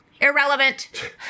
Irrelevant